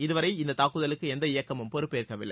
இதுவரை இந்த தாக்குதலுக்கு எந்த இயக்கமும் பொறுப்பேற்கவில்லை